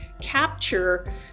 capture